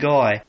Guy